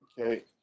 okay